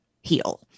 heal